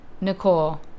Nicole